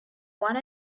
one